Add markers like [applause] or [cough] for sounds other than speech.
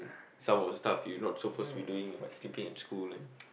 some of the stuff you not supposed to be doing by sleeping in school and [noise]